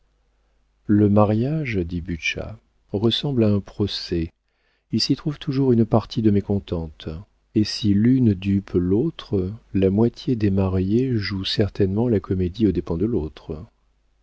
le mariage dit butscha ressemble à un procès il s'y trouve toujours une partie de mécontente et si l'une dupe l'autre la moitié des mariés joue certainement la comédie aux dépens de l'autre